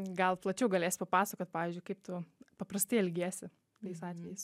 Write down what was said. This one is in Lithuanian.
gal plačiau galėsi papasakot pavyzdžiui kaip tu paprastai elgiesi tokiais atvejais